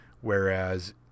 Whereas